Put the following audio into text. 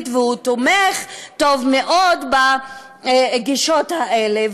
והוא תומך טוב מאוד בגישות האלה.